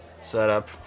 setup